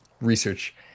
research